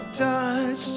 dust